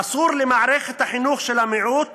1. אסור למערכת החינוך של המיעוט